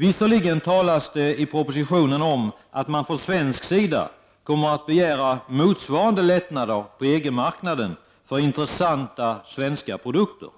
Visserligen talas det i propositionen om att man från svensk sida kommer att begära motsvarande lättnader på EG-marknaden för intressanta svenska produkter.